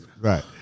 right